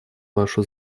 вашу